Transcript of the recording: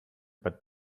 but